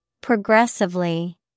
Progressively